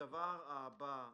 הדבר הבא,